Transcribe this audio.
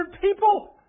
people